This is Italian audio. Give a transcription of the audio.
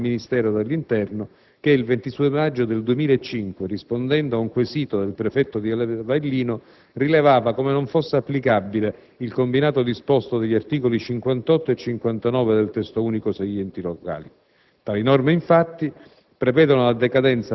Tale orientamento veniva condiviso dagli uffici del Ministero dell'interno che il 26 maggio 2005, rispondendo ad un quesito del prefetto di Avellino, rilevava come non fosse applicabile il combinato disposto degli articoli 58 e 59 del citato Testo unico sugli enti locali.